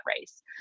race